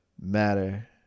matter